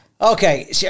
Okay